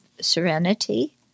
serenity